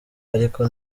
ariko